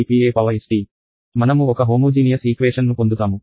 మనము ఒక homogeneous equation ను పొందుతాము